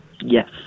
Yes